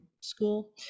school